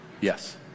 Yes